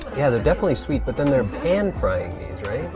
yeah they're definitely sweet, but then they're pan-frying these, right?